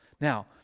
Now